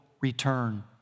return